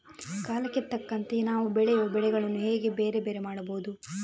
ಕಾಲಕ್ಕೆ ತಕ್ಕಂತೆ ನಾವು ಬೆಳೆಯುವ ಬೆಳೆಗಳನ್ನು ಹೇಗೆ ಬೇರೆ ಬೇರೆ ಮಾಡಬಹುದು?